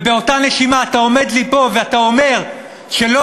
ובאותה נשימה אתה עומד לי פה ואתה אומר שלא